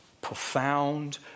profound